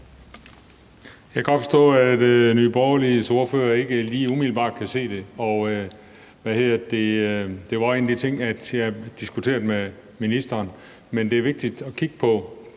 Jeg kan godt forstå, at Nye Borgerliges ordfører ikke lige umiddelbart kan se det. Det var en af de ting, jeg diskuterede med ministeren. Men det er vigtigt både at kigge på